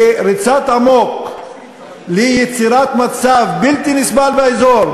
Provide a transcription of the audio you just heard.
בריצת אמוק ליצירת מצב בלתי נסבל באזור,